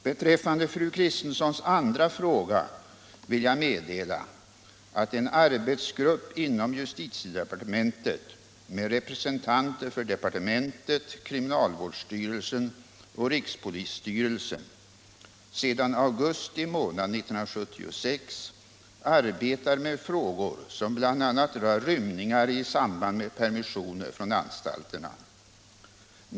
Beträffande fru Kristenssons andra fråga vill jag meddela att en arbetsgrupp inom justitiedepartementet med representanter för departementet, kriminalvårdsstyrelsen och rikspolisstyrelsen sedan augusti månad 1976 arbetar med frågor som bl.a. rör rymningar i samband med permissioner från anstalterna.